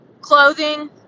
clothing